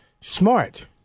Smart